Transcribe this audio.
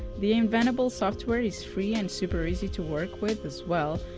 the inventables software is free and super easy to work with as well.